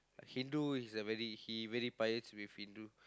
Hindu he's a very he very pious with Hindu